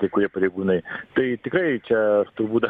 kai kurie pareigūnai tai tikrai čia turbūt